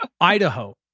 Idaho